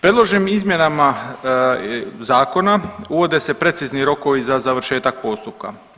Predloženim izmjenama zakona uvode se precizni rokovi za završetak postupak.